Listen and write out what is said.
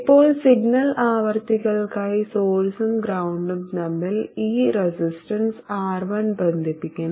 ഇപ്പോൾ സിഗ്നൽ ആവൃത്തികൾക്കായി സോഴ്സും ഗ്രൌണ്ടും തമ്മിൽ ഈ റെസിസ്റ്റൻസ് R1 ബന്ധിപ്പിക്കണം